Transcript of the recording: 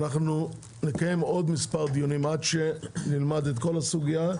אנחנו נקיים עוד מספר דיונים עד שנלמד את כל הסוגיה,